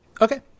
Okay